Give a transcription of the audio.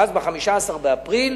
ואז ב-15 באפריל,